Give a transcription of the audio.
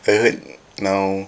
I heard now